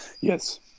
yes